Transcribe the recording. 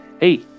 Hey